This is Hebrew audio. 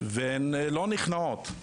והן לא נכנעות.